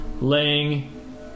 Laying